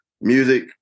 Music